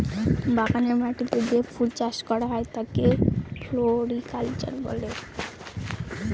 বাগানের মাটিতে যে ফুল চাষ করা হয় তাকে ফ্লোরিকালচার বলে